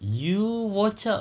you watch out